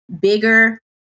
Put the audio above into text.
bigger